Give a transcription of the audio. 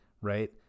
right